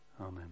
amen